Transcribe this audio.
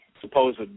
supposed